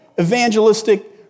evangelistic